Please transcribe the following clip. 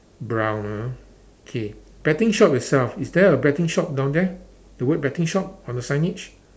brown ah okay betting shop itself is there a betting shop down there the word betting shop on the signage